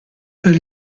per